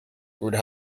would